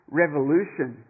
revolution